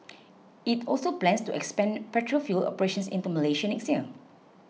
it also plans to expand petrol fuel operations into Malaysia next year